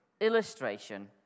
illustration